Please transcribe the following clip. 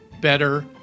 better